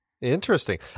Interesting